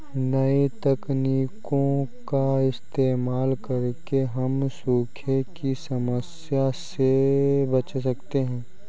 नई तकनीकों का इस्तेमाल करके हम सूखे की समस्या से बच सकते है